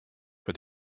for